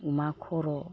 अमा खर'